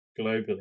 globally